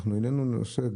אנחנו העלנו נושא,